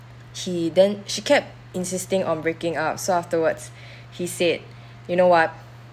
he then she kept insisting on breaking up so afterwards he said you know what